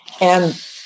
And-